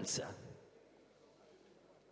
specificato